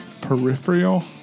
peripheral